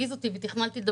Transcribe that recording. איך אפשר על